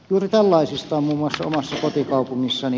juuri tällaisesta mutta silti kaupungissani